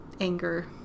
anger